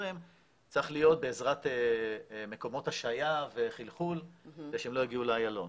הזרם צריך להיות בעזרת מקומות השהייה וחלחול כדי שהם לא יגיעו לאיילון.